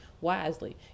wisely